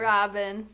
Robin